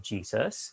Jesus